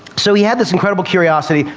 so he had this incredible curiosity.